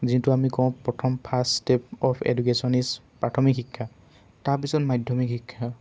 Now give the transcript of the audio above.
যোনটো আমি কওঁ প্ৰথম first step of education is প্ৰাথমিক শিক্ষা তাৰপিছত মাধ্যমিক শিক্ষা